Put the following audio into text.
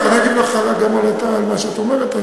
אני אגיב גם על מה שאת אומרת.